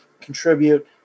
contribute